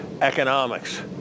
economics